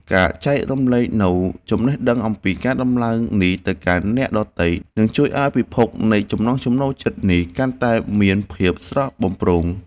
ការចែករំលែកនូវចំណេះដឹងអំពីការដំឡើងនេះទៅកាន់អ្នកដទៃនឹងជួយឱ្យពិភពនៃចំណង់ចំណូលចិត្តនេះកាន់តែមានភាពស្រស់បំព្រង។